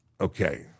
Okay